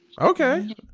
Okay